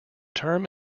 term